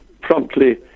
promptly